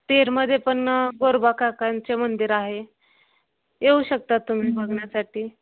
तेरमध्ये पण गोरोबा काकांचे मंदिर आहे येऊ शकतात तुम्ही बघण्यासाठी